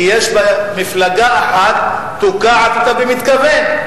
כי יש בה מפלגה אחת שתוקעת אותה במתכוון.